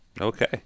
Okay